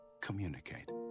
Communicate